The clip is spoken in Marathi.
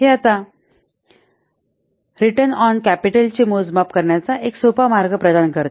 हे आता रिटर्न ऑन कॅपिटल चे मोजमाप करण्याचा एक सोपा मार्ग प्रदान करते